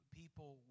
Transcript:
people